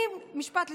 משפט לסיום.